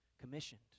commissioned